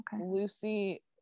Lucy